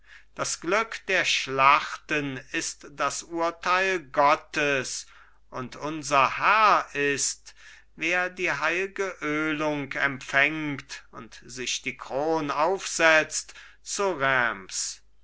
das glück der schlachten ist das urteil gottes und unser herr ist wer die heilge ölung empfängt und sich die kron aufsetzt zu reims